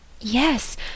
Yes